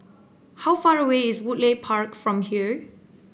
how far away is Woodleigh Park from here